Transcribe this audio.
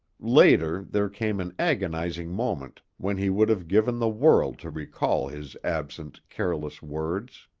later, there came an agonizing moment when he would have given the world to recall his absent, careless words.